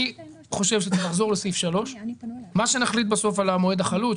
אני חושב שצריך לחזור לסעיף 3. מה שנחליט בסוף על המועד החלוט,